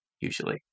usually